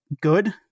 good